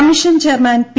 commission chairman P